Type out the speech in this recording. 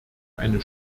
eine